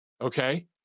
okay